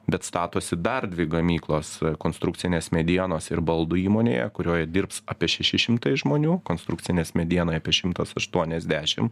bet statosi dar dvi gamyklos konstrukcinės medienos ir baldų įmonėje kurioje dirbs apie šeši šimtai žmonių konstrukcinės medienoj apie šimtas aštuoniasdešim